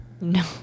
no